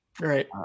right